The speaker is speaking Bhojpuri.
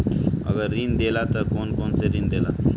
अगर ऋण देला त कौन कौन से ऋण देला?